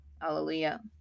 Hallelujah